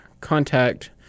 contact